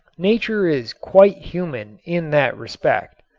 nature is quite human in that respect.